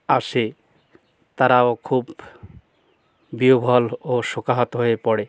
আসে তারাও খুব বিহ্বল ও শোকাহত হয়ে পড়ে